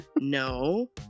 No